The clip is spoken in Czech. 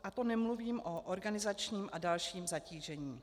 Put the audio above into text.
A to nemluvím o organizačním a dalším zatížení.